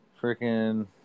freaking